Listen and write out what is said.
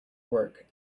work